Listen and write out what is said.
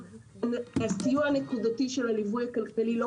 שהסיוע הנקודתי של הליווי הכלכלי לא